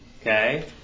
Okay